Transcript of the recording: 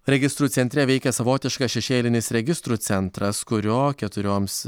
registrų centre veikė savotiškas šešėlinis registrų centras kurio keturioms